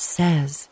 says